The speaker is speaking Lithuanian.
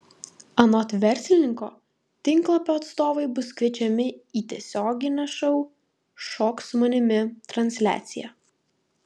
anot verslininko tinklapio atstovai bus kviečiami į tiesioginę šou šok su manimi transliaciją